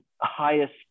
highest